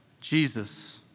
Jesus